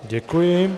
Děkuji.